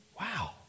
wow